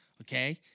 Okay